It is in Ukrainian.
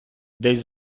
десь